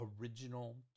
original